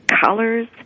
colors